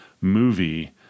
movie